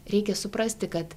reikia suprasti kad